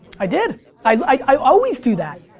i did. i like i always do that.